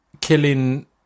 killing